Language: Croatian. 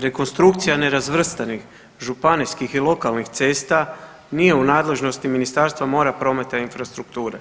Rekonstrukcija nerazvrstanih, županijskih i lokalnih cesta nije u nadležnosti Ministarstva mora, prometa, infrastrukture,